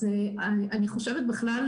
אז אני חושבת בכלל,